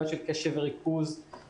בעיות של קשב וריכוז,